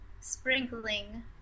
sprinkling